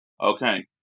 Okay